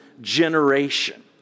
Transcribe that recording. generation